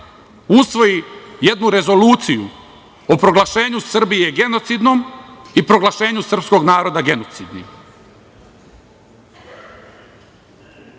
usvoji jednu rezoluciju o proglašenju Srbije genocidnom i proglašenju srpskog naroda genocidnim. Ne,